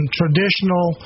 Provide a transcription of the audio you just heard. traditional